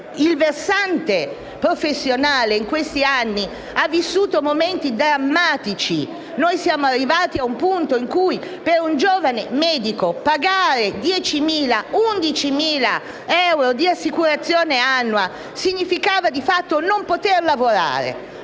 il versante professionale in questi anni ha vissuto momenti drammatici. Siamo arrivati ad un punto in cui per un giovane medico pagare 10.000 o 11.000 euro di assicurazione annua significava di fatto non poter lavorare.